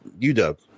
UW